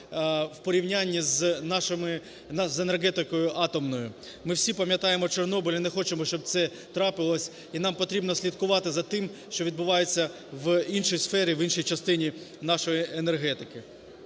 у порівнянні з нашими, з енергетикою атомною. Ми всі пам'ятаємо Чорнобиль і не хочемо, щоб це трапилося. І нам потрібно слідкувати за тим, що відбувається в іншій сфері, в іншій частині нашої енергетики.